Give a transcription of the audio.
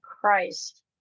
Christ